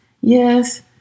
Yes